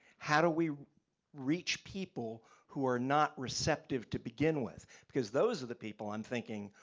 how do we reach people who are not receptive to begin with? because those are the people i'm thinking,